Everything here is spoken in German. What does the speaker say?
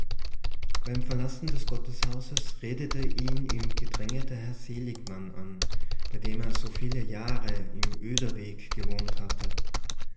beim verlassen des gotteshauses redete ihn im gedränge der herr seligmann an bei dem er so viele jahre im oederweg gewohnt hatte